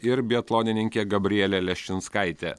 ir biatlonininkė gabrielė leščinskaitė